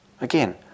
Again